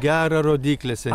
gera rodyklėse